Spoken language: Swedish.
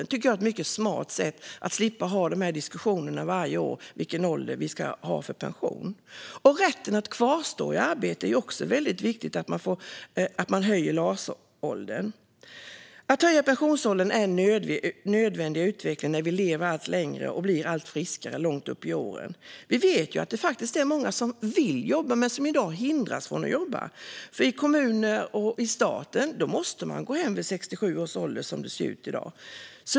Det tycker jag är ett mycket smart sätt att slippa ha de här diskussionerna varje år om vilken ålder vi ska ha för pensionen. Vad gäller rätten att kvarstå i arbete är det väldigt viktigt att man höjer LAS-åldern. Att pensionsålderns höjs är en nödvändig utveckling när vi lever allt längre och blir allt friskare långt upp i åren. Vi vet att det är många som vill jobba men som i dag hindras från att jobba. I kommuner och i staten måste man gå hem vid 67 års ålder som det ser ut i dag.